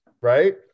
Right